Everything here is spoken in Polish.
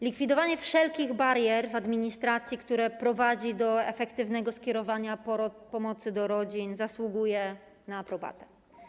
Likwidowanie wszelkich barier w administracji, które prowadzi do efektywnego skierowania pomocy do rodzin, zasługuje na aprobatę.